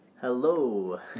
Hello